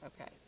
Okay